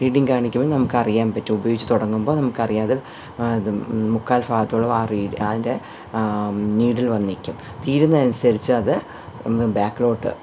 reading കാണിക്കുമ്പോൾ നമുക്ക് അറിയാൻ പറ്റും ഉപയോഗിച്ച് തുടങ്ങുമ്പോൾ നമുക്ക് അറിയാതെ അത് മുക്കാൽ ഭാഗത്തോളം ആ റീഡ് അതിൻ്റെ നീഡിൽ വന്ന് നിൽക്കും തീരുന്നതനുസരിച്ച് അത് ബാക്കിലോട്ട്